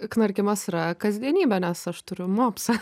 knarkimas yra kasdienybė nes aš turiu mopsą